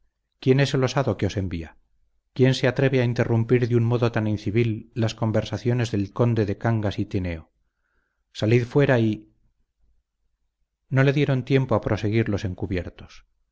el osado que os envía quién se atreve a interrumpir de un modo tan incivil las conversaciones del conde de cangas y tineo salid fuera y no le dieron tiempo a proseguir los encubiertos